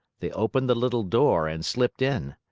they opened the little door and slipped in.